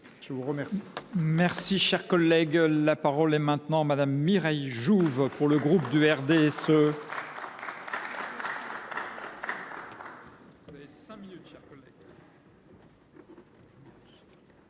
Je vous remercie,